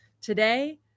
Today